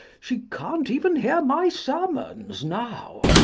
she can't even hear my sermons now.